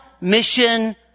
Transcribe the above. mission